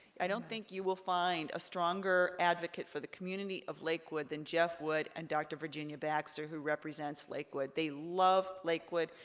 i don't think you will find a stronger advocate for the community of lakewood than jeff wood and dr. virginia baxter, who represents lakewood. they love lakewood,